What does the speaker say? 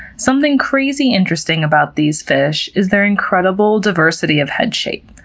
something crazy interesting about these fish is their incredible diversity of head shape.